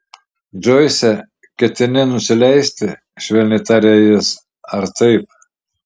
džoise ketini nusileisti švelniai tarė jis ar taip